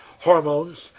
hormones